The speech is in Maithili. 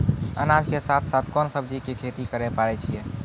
अनाज के साथ साथ कोंन सब्जी के खेती करे पारे छियै?